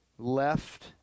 Left